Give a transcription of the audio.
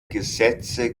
gesetze